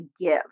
give